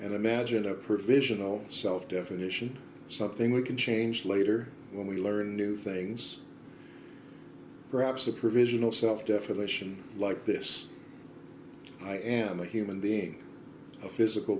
and imagine a provisional self definition something we can change later when we learn new things perhaps a provisional self definition like this i am a human being a physical